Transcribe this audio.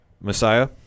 Messiah